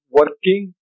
working